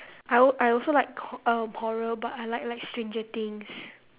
I I also like err horror but I like like stranger things